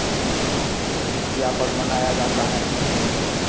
जितिया पर्व मनाया जाता है